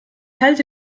halte